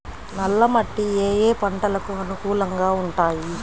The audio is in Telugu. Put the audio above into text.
నల్ల మట్టి ఏ ఏ పంటలకు అనుకూలంగా ఉంటాయి?